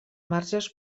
marges